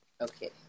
okay